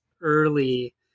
early